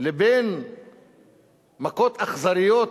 לבין מכות אכזריות